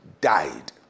died